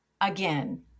Again